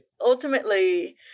Ultimately